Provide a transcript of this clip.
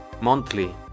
monthly